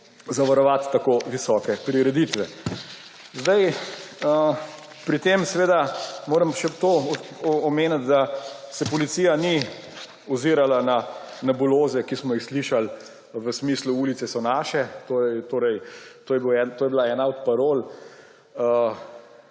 zavarovati tako visoke prireditve. Pri tem moram seveda še to omeniti, da se policija ni ozirala na nebuloze, ki smo jih slišali, v smislu Ulice so naše! To je bila ena od parol,